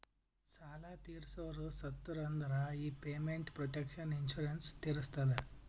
ಸಾಲಾ ತೀರ್ಸೋರು ಸತ್ತುರ್ ಅಂದುರ್ ಈ ಪೇಮೆಂಟ್ ಪ್ರೊಟೆಕ್ಷನ್ ಇನ್ಸೂರೆನ್ಸ್ ತೀರಸ್ತದ